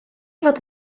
fod